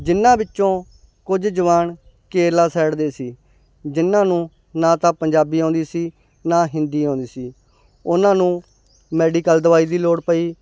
ਜਿਨ੍ਹਾਂ ਵਿੱਚੋਂ ਕੁਝ ਜਵਾਨ ਕੇਰਲਾ ਸਾਇਡ ਦੇ ਸੀ ਜਿਨ੍ਹਾਂ ਨੂੰ ਨਾ ਤਾਂ ਪੰਜਾਬੀ ਆਉਂਦੀ ਸੀ ਨਾ ਹਿੰਦੀ ਆਉਂਦੀ ਸੀ ਉਹਨਾਂ ਨੂੰ ਮੈਡੀਕਲ ਦਵਾਈ ਦੀ ਲੋੜ ਪਈ